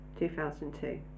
2002